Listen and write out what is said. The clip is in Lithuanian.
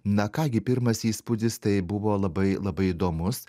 na ką gi pirmas įspūdis tai buvo labai labai įdomus